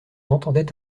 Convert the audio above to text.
entendait